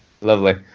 Lovely